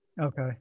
okay